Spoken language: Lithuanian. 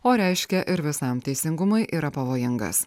o reiškia ir visam teisingumui yra pavojingas